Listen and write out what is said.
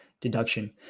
deduction